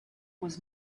was